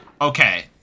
okay